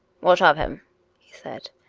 what of him he said.